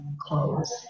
clothes